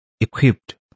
equipped